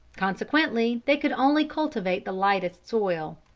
consequently they could only cultivate the lightest soil.